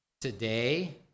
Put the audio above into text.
today